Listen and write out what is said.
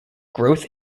growth